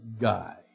guy